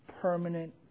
Permanent